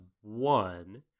One